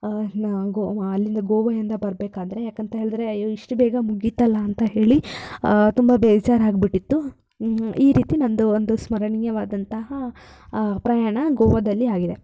ನ ಗೋವಾ ಅಲ್ಲಿಂದ ಗೋವಾ ಇಂದ ಬರಬೇಕಾದ್ರೆ ಯಾಕಂತ ಹೇಳಿದ್ರೆ ಅಯ್ಯೋ ಇಷ್ಟು ಬೇಗ ಮುಗಿತಲ್ಲ ಅಂತ ಹೇಳಿ ತುಂಬ ಬೇಜಾರಾಗ್ಬಿಟ್ಟಿತ್ತು ಈ ರೀತಿ ನನ್ನದು ಒಂದು ಸ್ಮರಣೀಯವಾದಂತಹ ಪ್ರಯಾಣ ಗೋವಾದಲ್ಲಿ ಆಗಿದೆ